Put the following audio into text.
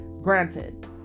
Granted